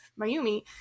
Mayumi